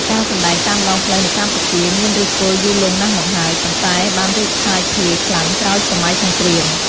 ការសម្ដែងតាមដងផ្លូវនៅកម្ពុជា មានឫសគល់យូរលង់ណាស់មកហើយ ប៉ុន្តែបានរីកសាយភាយខ្លាំងក្រោយសម័យសង្គ្រាម។